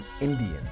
Indian